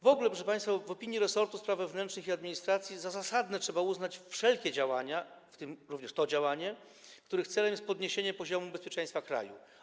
W ogóle, proszę państwa, w opinii resortu spraw wewnętrznych i administracji za zasadne trzeba uznać wszelkie działania - w tym również to działanie - których celem jest podniesienie poziomu bezpieczeństwa kraju.